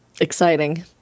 Exciting